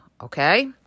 Okay